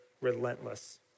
relentless